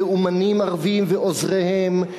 לאומנים ערבים ועוזריהם,